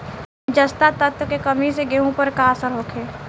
जस्ता तत्व के कमी से गेंहू पर का असर होखे?